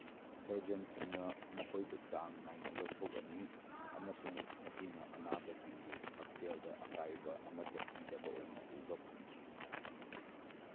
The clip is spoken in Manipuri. ꯁꯔꯖꯟꯁꯤꯡꯅ ꯃꯈꯣꯏꯕꯨ ꯆꯥꯡ ꯅꯥꯏꯅ ꯂꯧꯊꯣꯛꯂꯝꯃꯤ ꯑꯃꯁꯨꯡ ꯃꯁꯤꯅ ꯑꯅꯥꯕꯁꯤꯡꯒꯤ ꯍꯛꯁꯦꯜꯗ ꯑꯀꯥꯏꯕ ꯑꯃꯠꯇ ꯄꯤꯗꯕ ꯑꯣꯏꯅ ꯎꯕ ꯐꯪꯈꯤ